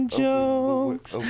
jokes